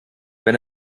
wenn